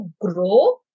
grow